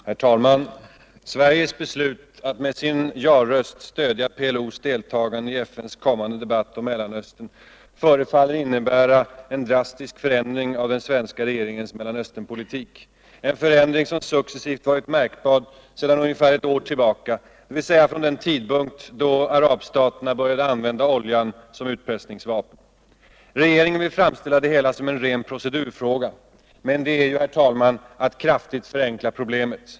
Herr talman! Sveriges beslut att med sin ja-röst stödja PLO:s deltagande i FN:s kommande debatt om Mellanöstern förefaller innebära en drastisk förändring av den svenska regeringens Mellanösternpolitik — en förändring som successivt varit märkbar sedan ungefär ett år tillbaka, dvs. från den tidpunkt då arabstaterna började använda oljan som utpressningsvapen. Regeringen vill framställa det hela som en procedurfråga. Men det är ju, herr talman, att kraftigt förenkla problemet.